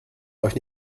euch